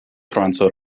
franca